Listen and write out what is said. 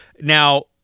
now